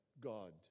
God